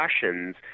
discussions